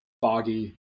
foggy